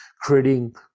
creating